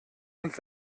und